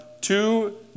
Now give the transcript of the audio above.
two